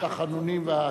התחנונים והסליחות.